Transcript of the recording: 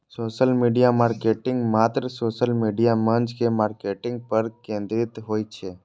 social media marketing मात्र social media मंच के मार्केटिंग पर केंद्रित होइ छै